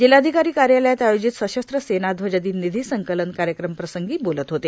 जिल्हाधिकारी कार्यालयात आयोजित सशस्त्र सेना ध्वजदिन निधी संकलन कार्यक्रमप्रसंगी बोलत होते